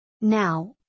Now